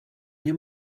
nie